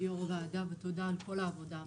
יו"ר הוועדה ותודה על כל העבודה המסורה.